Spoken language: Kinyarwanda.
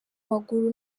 maguru